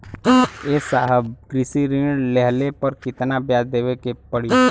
ए साहब कृषि ऋण लेहले पर कितना ब्याज देवे पणी?